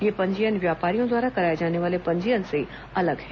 यह पंजीयन व्यापारियों द्वारा कराए जाने वाले पंजीयन से अलग है